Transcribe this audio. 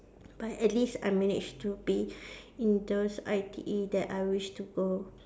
but at least I managed to be in those I_T_E that I wished to go